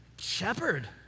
Shepherd